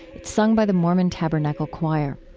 it's sung by the mormon tabernacle choir